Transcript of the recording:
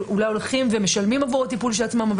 אולי משלמים עבור הטיפול של עצמם אבל